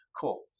Cool